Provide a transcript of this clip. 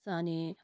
स अनि